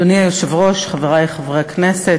אדוני היושב-ראש, חברי חברי הכנסת,